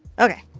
okay.